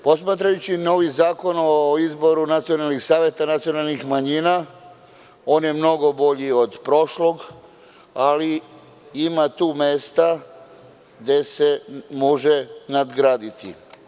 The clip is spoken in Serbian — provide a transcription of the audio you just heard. Posmatrajući novi Zakon o izboru nacionalnih saveta nacionalnih manjina, on je mnogo bolji od prošlog, ali ima tu mesta gde se može još nadgraditi.